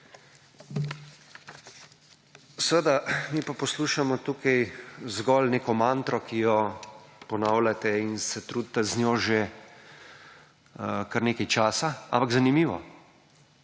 Seveda mi pa poslušamo tukaj zgolj neko mantro, ki jo ponavljate in se trudite z njo že kar nekaj časa, ampak zanimivo,